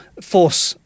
force